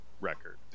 record